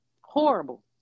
Horrible